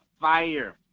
Fire